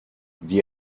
die